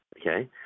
Okay